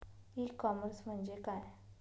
E commerce म्हणजे काय?